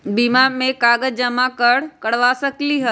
बीमा में कागज जमाकर करवा सकलीहल?